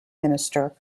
minister